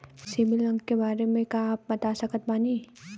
CIBIL अंक के बारे मे का आप बता सकत बानी?